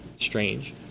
Strange